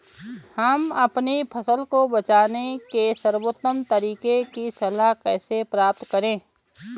हम अपनी फसल को बचाने के सर्वोत्तम तरीके की सलाह कैसे प्राप्त करें?